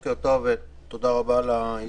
בוקר טוב ותודה רבה על ההזדמנות.